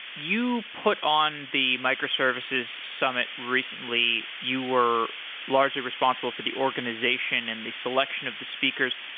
you put on the microservices summit recently. you were largely responsible for the organization and the selection of the speakers.